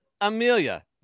Amelia